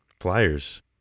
flyers